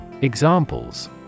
Examples